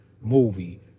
movie